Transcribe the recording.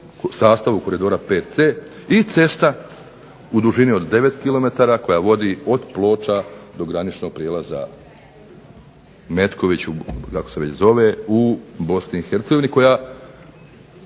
sastavu Koridora 5C i cesta u dužini od 9km koja vodi od Ploča do graničnog prijelaza Metković u BiH koja